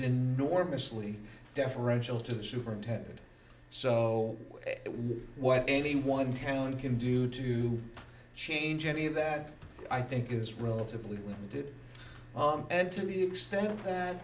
enormously deferential to the superintendent so what anyone town can do to change any of that i think is relatively limited and to the extent that